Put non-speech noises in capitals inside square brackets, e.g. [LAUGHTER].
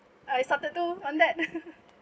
I started too on that [LAUGHS]